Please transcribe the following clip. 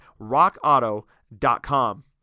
rockauto.com